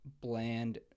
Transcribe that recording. bland